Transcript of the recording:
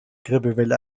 grippewelle